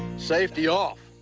safety off.